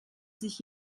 sich